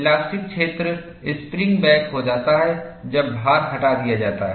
elastic क्षेत्र springback हो जाता है जब भार हटा दिया जाता है